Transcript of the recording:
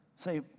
Say